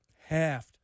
halved